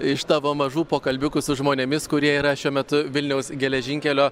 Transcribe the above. iš tavo mažų pokalbiu su žmonėmis kurie yra šiuo metu vilniaus geležinkelio